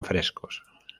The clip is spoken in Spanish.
frescos